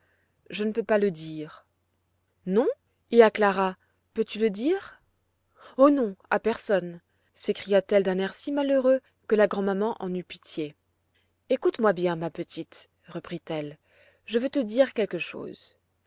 je ne peux pas le dire non et à clara peux-tu le dire oh non à personne s'écria-t-elle d'un air si malheureux que la grand'maman en eut pitié ecoute moi bien ma petite reprit-elle je veux te dire quelque chose